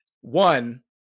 one